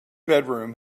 bedroom